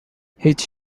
هیچ